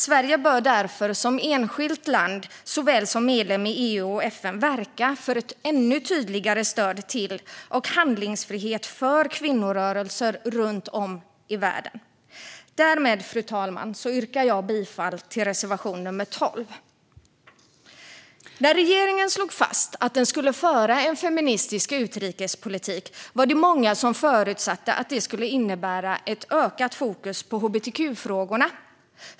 Sverige bör därför som enskilt land såväl som medlem i EU och FN verka för ett ännu tydligare stöd till och handlingsfrihet för kvinnorörelser runt om i världen. Därmed, fru talman, yrkar jag bifall till reservation nr 12. När regeringen slog fast att den skulle föra en feministisk utrikespolitik var det många som förutsatte att det skulle innebära ett ökat fokus på hbtq-frågorna.